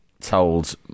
told